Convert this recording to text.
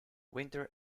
winter